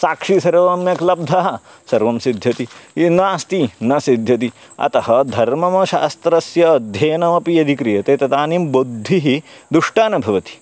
साक्षी सर्व सम्यक् लब्धः सर्वं सिद्ध्यति यदि नास्ति न सिद्ध्यति अतः धर्ममशास्त्रस्य अध्ययनमपि यदि क्रियते तदानीं बुद्धिः दुष्टा न भवति